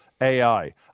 AI